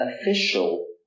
official